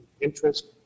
interest